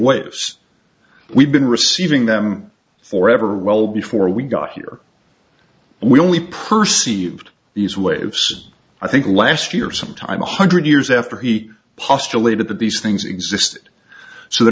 waves we've been receiving them for ever well before we got here we only percy ved these waves i think last year sometime a hundred years after he postulated that these things existed so the